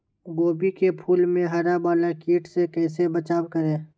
गोभी के फूल मे हरा वाला कीट से कैसे बचाब करें?